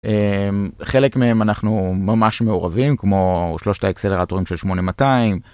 חלק מהם אנחנו ממש מעורבים כמו שלושת האקסלרטורים של 8200.